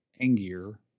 Angier